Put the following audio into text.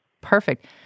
Perfect